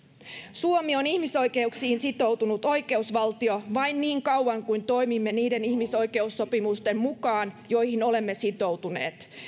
suomi on ihmisoikeuksiin sitoutunut oikeusvaltio vain niin kauan kuin toimimme niiden ihmisoikeussopimusten mukaan joihin olemme sitoutuneet